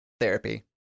therapy